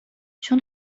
جون